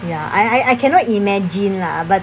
ya I I cannot imagine lah but